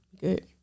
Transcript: Good